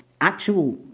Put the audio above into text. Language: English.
Actual